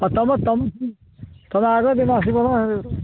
ହଁ ତମର ତମ ତମେ ଆଗଦିନ ଆସିବ